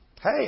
Hey